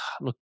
look